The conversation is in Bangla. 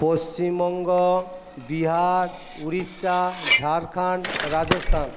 পশ্চিমবঙ্গ বিহার উড়িষ্যা ঝাড়খান্ড রাজস্থান